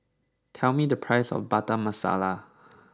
tell me the price of Butter Masala